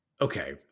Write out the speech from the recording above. okay